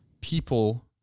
people